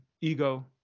Ego